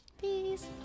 Peace